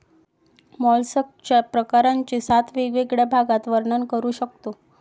मॉलस्कच्या प्रकारांचे सात वेगवेगळ्या भागात वर्णन करू शकतो